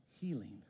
healing